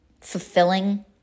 fulfilling